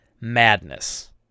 madness